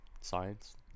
science